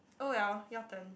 oh well your turn